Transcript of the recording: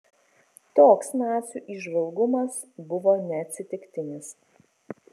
toks nacių įžvalgumas buvo neatsitiktinis